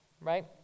right